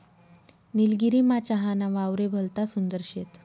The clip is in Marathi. निलगिरीमा चहा ना वावरे भलता सुंदर शेत